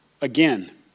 again